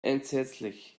entsetzlich